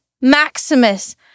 Maximus